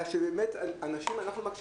אבל שיהיה קצת